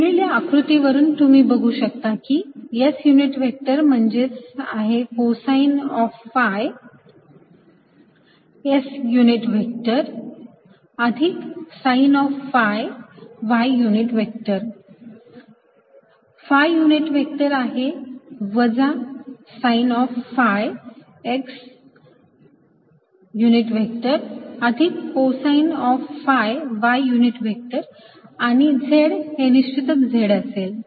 दिलेल्या आकृतीवरून तुम्ही बघू शकता की S युनिट व्हेक्टर म्हणजेच आहे cosine of phi S unit vector अधिक sine of phi y unit vector phi unit vector आहे वजा sine of phi x unit vector अधिक cosine of phi y unit vector आणि जे z हे निश्चिततच z असेल